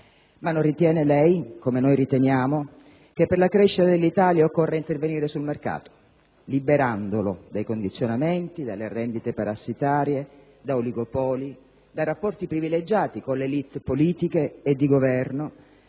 ma non ritiene lei, come noi riteniamo, che per la crescita dell'Italia occorra intervenire sul mercato, liberandolo dai condizionamenti, dalle rendite parassitarie, da oligopoli, da rapporti privilegiati con le *élite* politiche e di governo